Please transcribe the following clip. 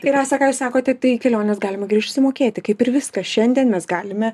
tai rasa ką jūs sakote tai keliones galima išsimokėti kaip ir viską šiandien mes galime